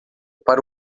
para